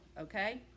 okay